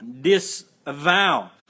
disavow